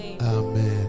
amen